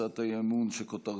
הצעת אי-אמון שכותרתה: